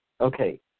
Okay